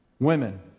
Women